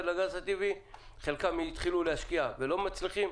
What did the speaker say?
לגז הטבעי וחלקם התחילו להשקיע ולא מצליחים.